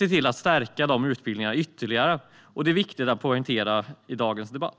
vi måste stärka de här utbildningarna ytterligare. Det är viktigt att poängtera i dagens debatt.